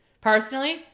Personally